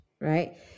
Right